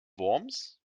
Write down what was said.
worms